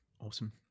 Awesome